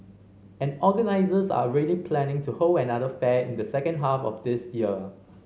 and organisers are ready planning to hold another fair in the second half of this year